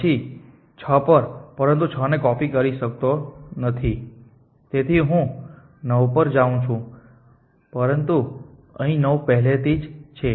પછી 6 પરંતુ હું 6 ની કોપી કરી શકતો નથી તેથી હું 9 પર જાઉં છું પરંતુ અહીં 9 પહેલાથી જ છે